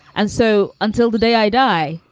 and so until the day i die,